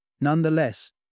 Nonetheless